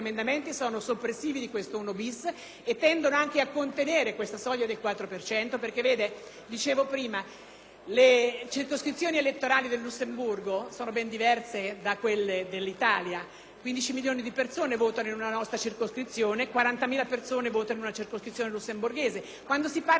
le circoscrizioni elettorali del Lussemburgo sono ben diverse da quelle dell'Italia; 15 milioni di persone votano in una nostra circoscrizione e 40.000 persone votano in una circoscrizione lussemburghese. Quando si parla di Europa bisogna sapere cosa si dice; bisogna esserci stati e capire. Io sono stata nove anni nel Parlamento europeo e so di cosa parlo.